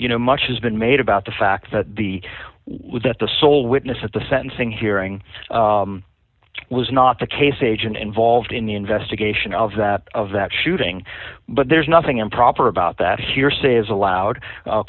you know much has been made about the fact that the that the sole witness at the sentencing hearing was not the case agent involved in the investigation of that of that shooting but there's nothing improper about that hearsay is al